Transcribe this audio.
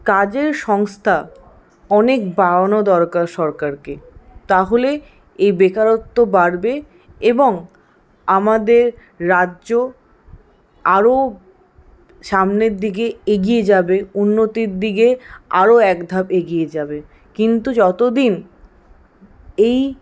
কাজের সংস্থা অনেক বাড়ানো দরকার সরকারকে তাহলে এই বেকারত্ব বাড়বে এবং আমাদের রাজ্য আরও সামনের দিকে এগিয়ে যাবে উন্নতির দিগে আরও এক ধাপ এগিয়ে যাবে কিন্তু যতদিন এই